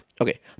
okay